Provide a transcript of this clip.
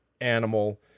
animal